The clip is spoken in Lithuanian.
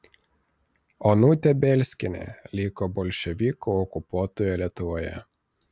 onutė bielskienė liko bolševikų okupuotoje lietuvoje